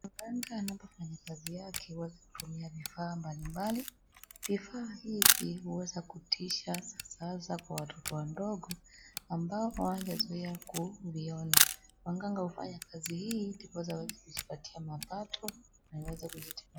Mganga anapofanya kazi yake huwa anatumia vifaa mbali mbali, vifaa hivi huweza kutisha sana sana kwa watoto wadogo ambao hawajazoea kuviona. Waganga hufanya kazi hii ndiposa waweze kujipatia mapato ana waweze kujitegemea.